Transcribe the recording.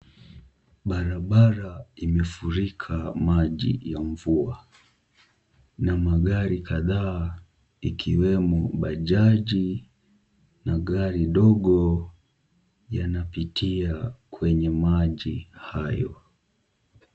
Barabara imefurika maji ya mvua, na magari kadhaa ikiwemo bajaji na gari dogo yanapitia kwenye maji hayo.